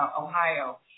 Ohio